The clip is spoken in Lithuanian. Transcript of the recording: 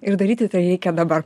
ir daryti tai reikia dabar